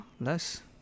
less